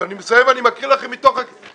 אני מסיים ואני מקריא לכם מתוך הכללים.